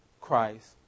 Christ